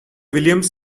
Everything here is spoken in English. williams